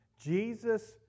Jesus